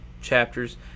chapters